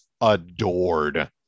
adored